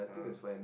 ah